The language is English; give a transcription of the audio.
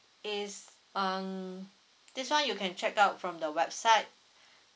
is um this one you can check out from the website